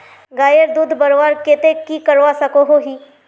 गायेर दूध बढ़वार केते की करवा सकोहो ही?